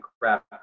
craft